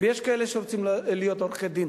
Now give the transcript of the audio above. ויש כאלה שרוצים להיות עורכי-דין.